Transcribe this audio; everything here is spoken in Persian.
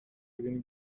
ببینی